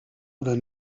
oder